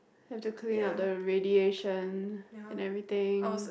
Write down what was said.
have to clean up the radiation and everything